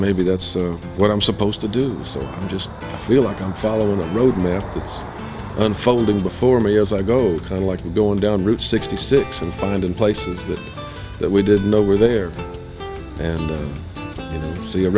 maybe that's what i'm supposed to do so i just feel like i'm following a road map that's unfolding before me as i go i like going down route sixty six and finding places that that we didn't know were there and you see a